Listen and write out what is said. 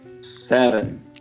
Seven